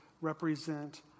represent